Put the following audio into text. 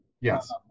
Yes